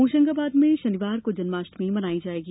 होशंगाबाद में शनिवार को जन्माष्टमी मनाई जायेगी